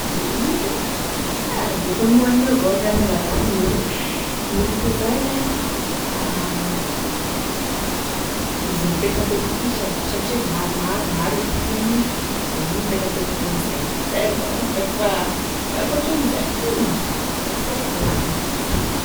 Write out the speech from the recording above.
Orita ah defa gn'oanigny avao gn'alalako an'io rô gn'orita zany e izy mipetapetaky igny sha rô satria maromaro maro e tagnany, da igny mipetapetaky amin'izay zay avao gn'itako fa la ankoatra an'izay hum da sy aiko rô.